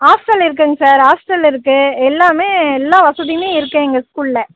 hostel இருக்குங்க sir hostel இருக்குது எல்லாம் எல்லா வசதியும் இருக்குது எங்கள் ஸ்கூலில்